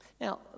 Now